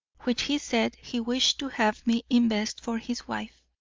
which he said he wished to have me invest for his wife.